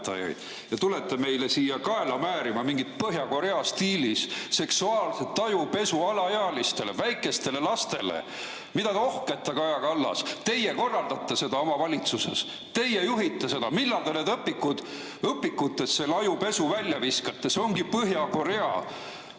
Ja tulete meile siia kaela määrima mingit Põhja‑Korea stiilis seksuaalset ajupesu alaealistele, väikestele lastele. Mida te ohkate, Kaja Kallas? Teie korraldate seda oma valitsuses. Teie juhite seda. Millal te nendest õpikutest selle ajupesu välja viskate? See ongi Põhja‑Korea.